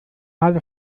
schale